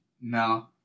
No